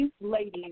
ladies